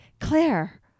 claire